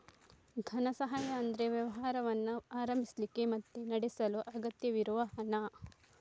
ಧನ ಸಹಾಯ ಅಂದ್ರೆ ವ್ಯವಹಾರವನ್ನ ಪ್ರಾರಂಭಿಸ್ಲಿಕ್ಕೆ ಮತ್ತೆ ನಡೆಸಲು ಅಗತ್ಯವಿರುವ ಹಣ